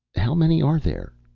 how many are there?